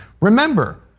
Remember